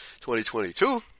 2022